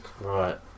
Right